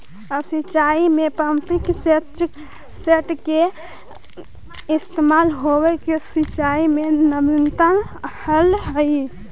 अब सिंचाई में पम्पिंग सेट के इस्तेमाल होवे से सिंचाई में नवीनता अलइ हे